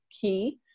key